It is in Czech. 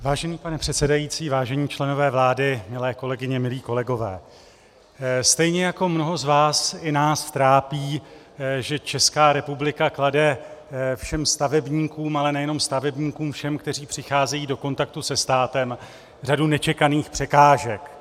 Vážený pane předsedající, vážení členové vlády, milé kolegyně, milí kolegové, stejně jako mnohé z vás i nás trápí, že Česká republika klade všem stavebníkům, ale nejenom stavebníkům, všem, kteří přicházejí do kontaktu se státem, řadu nečekaných překážek.